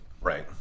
right